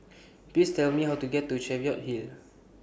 Please Tell Me How to get to Cheviot Hill